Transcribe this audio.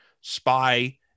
spy